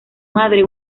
madre